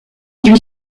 lui